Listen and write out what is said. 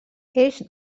eix